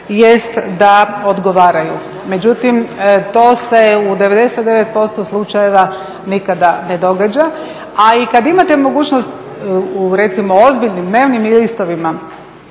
jest da odgovaraju, međutim to se u 99% slučajeva nikada ne događa, a i kada imate mogućnost u recimo ozbiljnim dnevnim listovima